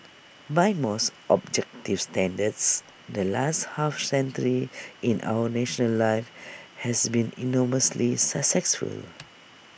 by most objective standards the last half century in our national life has been enormously successful